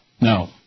No